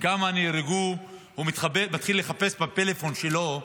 כמה נהרגו, הוא מתחבא, מתחיל לחפש בפלאפון שלו,